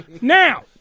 Now